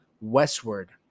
westward